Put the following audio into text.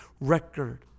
record